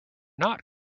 not